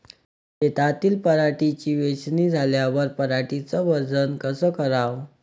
शेतातील पराटीची वेचनी झाल्यावर पराटीचं वजन कस कराव?